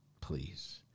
please